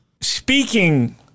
speaking